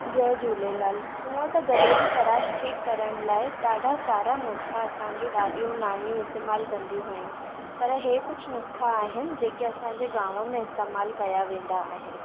जय झूलेलाल हूंअं त गले जी ख़राश ठीकु करण लाइ ॾाढा सारा नुस्ख़ा असांजूं ॾाॾियूं नानियूं इस्तेमालु कंदियूं हुयूं पर इहे कुझु नुस्ख़ा आहिनि जेके असांजे गांव में इस्तेमालु कया वेंदा आहिनि